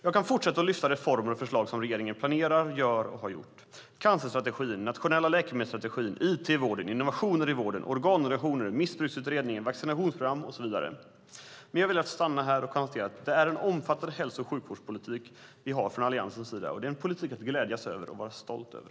Jag kan fortsätta att lyfta fram reformer och förslag som regeringen planerar, gör och har gjort: cancerstrategin, den nationella läkemedelsstrategin, it i vården, innovationer i vården, organdonationer, Missbruksutredningen, vaccinationsprogram och så vidare. Men jag vill stanna här och konstatera att det är en omfattande hälso och sjukvårdspolitik som vi har från Alliansens sida. Det är en politik att glädja sig över och vara stolt över.